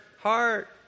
heart